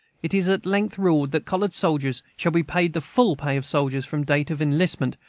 it is at length ruled that colored soldiers shall be paid the full pay of soldiers from date of enlistment,